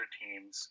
teams